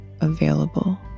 available